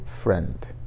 friend